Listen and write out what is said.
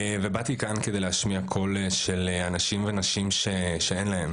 ובאתי כאן כדי להשמיע קול של אנשים ונשים שאין להם